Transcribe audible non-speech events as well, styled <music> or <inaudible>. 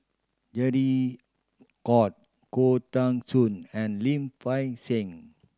<unintelligible> De Coutre Khoo Teng Soon and Lim Fei Shen